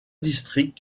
districts